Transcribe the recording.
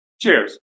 Cheers